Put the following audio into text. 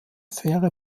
faire